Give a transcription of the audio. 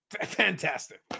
Fantastic